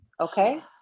Okay